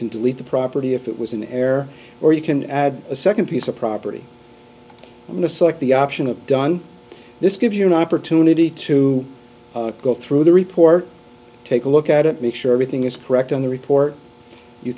can delete the property if it was in air or you can add a second piece of property in the select the option of done this gives you an opportunity to go through the report take a look at it make sure everything is correct on the report you